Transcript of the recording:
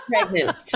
pregnant